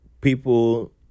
people